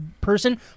person